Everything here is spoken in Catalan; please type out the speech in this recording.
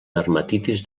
dermatitis